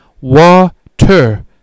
Water